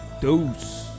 Deuce